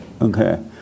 Okay